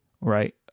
right